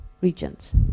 regions